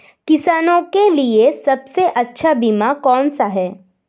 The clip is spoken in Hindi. किसानों के लिए सबसे अच्छा बीमा कौन सा है?